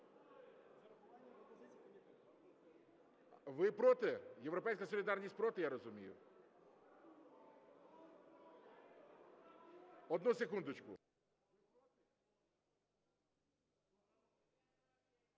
Ви проти? "Європейська солідарність" проти, я розумію. Одну секундочку.